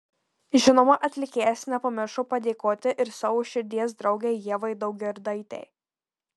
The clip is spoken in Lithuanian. žinoma atlikėjas nepamiršo padėkoti ir savo širdies draugei ievai daugirdaitei